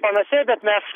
panašiai bet mes